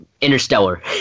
Interstellar